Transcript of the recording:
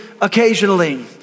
occasionally